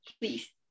please